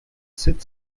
sept